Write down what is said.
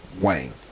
Wayne